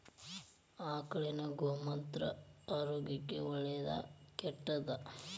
ಆಕಳಿನ ಗೋಮೂತ್ರ ಆರೋಗ್ಯಕ್ಕ ಒಳ್ಳೆದಾ ಕೆಟ್ಟದಾ?